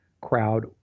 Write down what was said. crowd